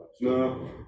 No